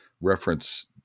reference